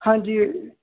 ਹਾਂਜੀ